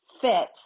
fit